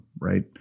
right